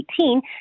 2018